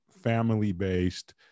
family-based